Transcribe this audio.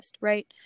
right